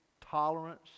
tolerance